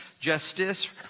justice